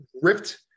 ripped